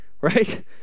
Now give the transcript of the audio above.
Right